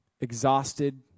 exhausted